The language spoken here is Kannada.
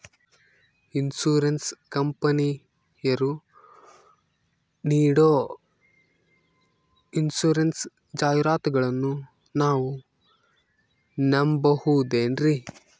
ಇನ್ಸೂರೆನ್ಸ್ ಕಂಪನಿಯರು ನೀಡೋ ಇನ್ಸೂರೆನ್ಸ್ ಜಾಹಿರಾತುಗಳನ್ನು ನಾವು ನಂಬಹುದೇನ್ರಿ?